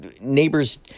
neighbors